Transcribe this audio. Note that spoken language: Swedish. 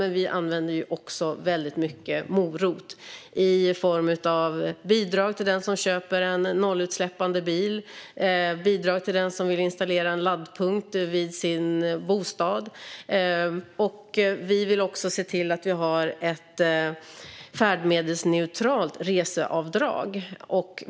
Men vi använder också väldigt mycket morot i form av bidrag till den som köper en nollutsläppande bil och bidrag till den som vill installera en laddpunkt vid sin bostad. Vi vill se till att vi har ett färdmedelsneturalt reseavdrag.